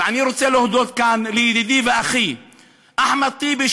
ואני רוצה להודות כאן לידידי ואחי אחמד טיבי,